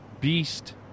beast